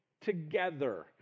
together